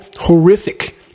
horrific